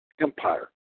empire